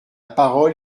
parole